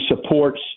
supports